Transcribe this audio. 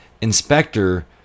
inspector